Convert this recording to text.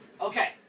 Okay